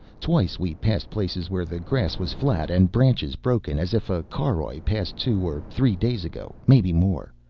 twice we passed places where the grass was flat and branches broken as if a caroj passed two or three days ago, maybe more.